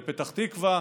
בפתח תקווה,